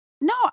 no